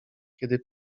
kiedy